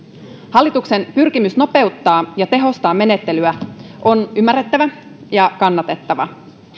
hallituksen pyrkimys nopeuttaa ja tehostaa menettelyä on ymmärrettävä ja kannatettava